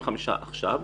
25 עכשיו,